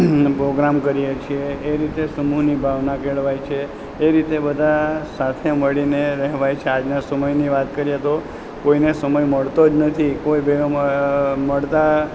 programme કરીએ છીએ એ રીતે સમૂહની ભાવના કેળવાય છે એ રીતે બધા સાથે મળીને રહેવાય છે આજના સમયની વાત કરીએ તો કોઈને સમય મળતો જ નથી કોઈ ભેગા મળતા